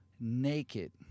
naked